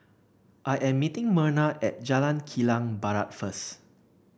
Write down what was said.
I am meeting Merna at Jalan Kilang Barat first